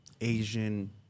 Asian